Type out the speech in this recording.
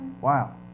Wow